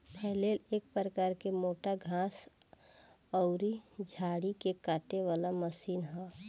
फलैल एक प्रकार के मोटा घास अउरी झाड़ी के काटे वाला मशीन ह